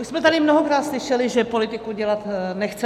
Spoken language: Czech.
Už jsme tady mnohokrát slyšeli, že politiku dělat nechcete.